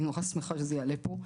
אני נורא שמחה שזה יעלה פה,